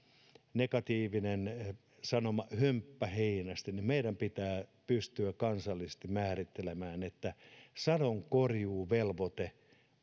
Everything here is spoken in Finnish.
negatiivinen sanonta hömppäheinästä ja meidän pitää pystyä kansallisesti määrittelemään että sadonkorjuuvelvoite